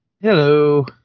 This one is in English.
Hello